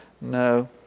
No